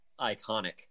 iconic